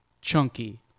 Chunky